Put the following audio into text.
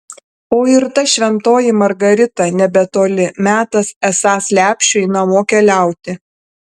o ir ta šventoji margarita nebetoli metas esąs lepšiui namo keliauti